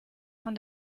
von